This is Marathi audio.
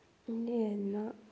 नेना